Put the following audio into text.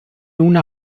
una